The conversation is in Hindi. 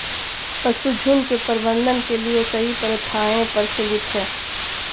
पशुझुण्ड के प्रबंधन के लिए कई प्रथाएं प्रचलित हैं